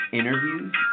interviews